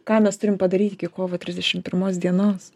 ką mes turim padaryti iki kovo trisdešimt pirmos dienos